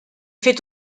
fait